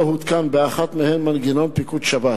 אנחנו להצעת חוק המקרקעין (תיקון מס' 31),